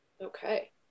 Okay